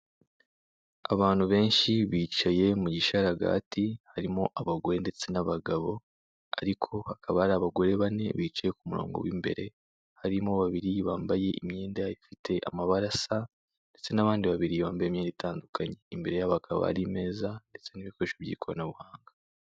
Abantu benshi bicaye mu gishararagati, harimo abagore ndetse n'abagabo, ariko hakaba hari abagore bane bicaye ku murongo w'imbere, harimo babiri bambaye imyenda ifite amabara asa, ndetse n'abandi babiri bambaye imyenda itandukanye. Imbere yabo hakaba hari imeza ndetse n'ibikoresho by'ikoranabuhanga.